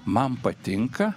man patinka